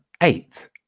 eight